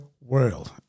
world